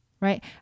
Right